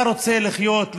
אתה רוצה לחיות,